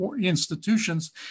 institutions